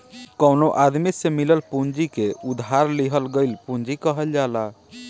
कवनो आदमी से मिलल पूंजी के उधार लिहल गईल पूंजी कहल जाला